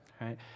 right